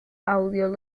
audio